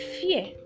fear